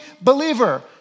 believer